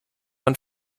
man